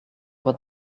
what